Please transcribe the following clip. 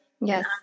Yes